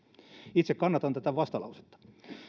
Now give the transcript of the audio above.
itse kannatan tätä vastalausetta